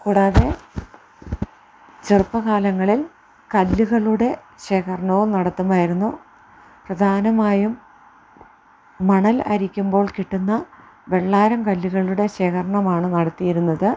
കൂടാതെ ചെറുപ്പകാലങ്ങളിൽ കല്ലുകളുടെ ശേഖരണവും നടത്തുമായിരുന്നു പ്രധാനമായും മണൽ അരിക്കുമ്പോൾ കിട്ടുന്ന വെള്ളാരം കല്ലുകളുടെ ശേഖരണമാണ് നടത്തിയിരുന്നത്